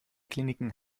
kliniken